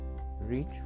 Reach